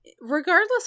Regardless